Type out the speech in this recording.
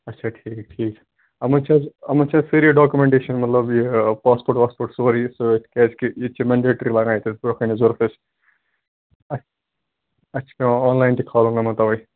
اچھا ٹھیٖک ٹھیٖک یِمَن چھِ حظ یِمَن چھِ اَسہِ سٲری ڈاکمٮ۪نٛٹیٚشَن مطلب یہِ پاسپوٹ واسپوٹ سورُے سۭتۍ کیٛازِ ییٚتہِ چھِ مٮ۪نڈیٚٹری لگان اَتٮ۪س برۄنہہ کَنۍ ضوٚرت اَسہِ اَسہِ چھُ پٮ۪وان آن لایَن تہِ کھالُن یِمن تَوَے